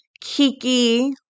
kiki